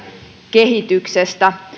kehityksestä